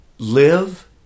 live